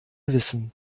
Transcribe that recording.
wissen